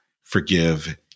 forgive